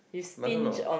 but don't know